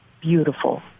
beautiful